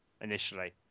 initially